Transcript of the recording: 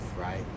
right